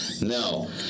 No